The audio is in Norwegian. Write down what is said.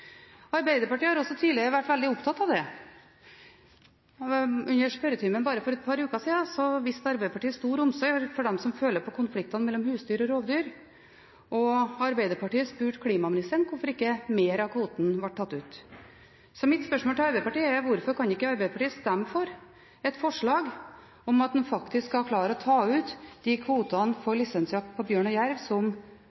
Arbeiderpartiet har også tidligere vært veldig opptatt av det. I spørretimen for bare et par uker siden viste Arbeiderpartiet stor omsorg for dem som føler på konfliktene mellom husdyr og rovdyr, og Arbeiderpartiet spurte klimaministeren hvorfor ikke mer av kvoten ble tatt ut. Mitt spørsmål til Arbeiderpartiet er: Hvorfor kan ikke Arbeiderpartiet stemme for et forslag om at en faktisk skal klare å ta ut de kvotene for